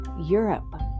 Europe